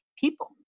people